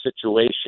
situation